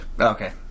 Okay